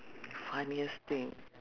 funniest thing